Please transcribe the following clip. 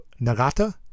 Nagata